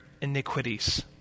iniquities